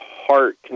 heart